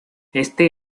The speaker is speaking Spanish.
este